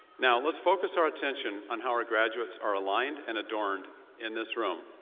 now, let's focus our attention on how our graduates are aligned and adorned in this room.